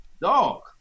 Dog